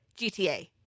GTA